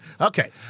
Okay